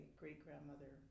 great-grandmother